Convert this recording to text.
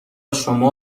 شما